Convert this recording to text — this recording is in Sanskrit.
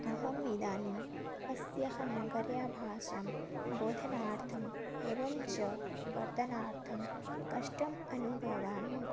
अहम् इदानीम् अस्याः नगर्याः भाषां बोधनार्थम् एवं च वर्धनार्थं कष्टम् अनुभवामि